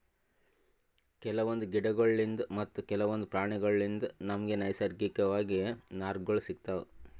ಕೆಲವೊಂದ್ ಗಿಡಗೋಳ್ಳಿನ್ದ್ ಮತ್ತ್ ಕೆಲವೊಂದ್ ಪ್ರಾಣಿಗೋಳ್ಳಿನ್ದ್ ನಮ್ಗ್ ನೈಸರ್ಗಿಕವಾಗ್ ನಾರ್ಗಳ್ ಸಿಗತಾವ್